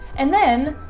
and then